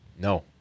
No